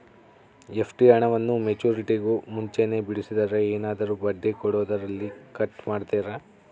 FD ಹಣವನ್ನು ಮೆಚ್ಯೂರಿಟಿಗೂ ಮುಂಚೆನೇ ಬಿಡಿಸಿದರೆ ಏನಾದರೂ ಬಡ್ಡಿ ಕೊಡೋದರಲ್ಲಿ ಕಟ್ ಮಾಡ್ತೇರಾ?